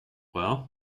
well